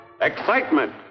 Excitement